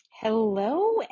Hello